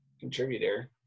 contributor